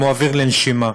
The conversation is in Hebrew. כמו אוויר לנשימה.